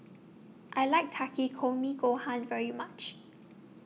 I like Takikomi Gohan very much